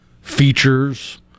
features